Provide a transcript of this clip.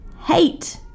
hate